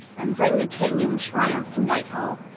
and bring the king in triumph to whitehall.